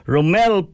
Romel